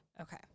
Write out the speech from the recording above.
Okay